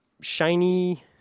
shiny